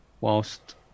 whilst